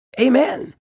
Amen